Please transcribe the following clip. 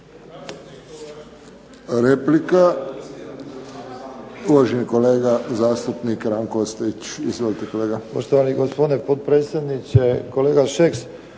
Replika uvaženi kolega zastupnik Ranko Ostojić. Izvolite kolega.